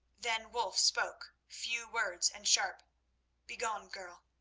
then wulf spoke few words and sharp begone, girl!